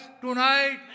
tonight